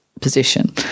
position